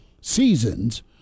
seasons